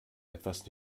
etwas